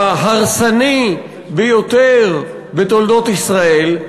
ההרסני ביותר בתולדות ישראל?